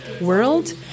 world